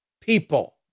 people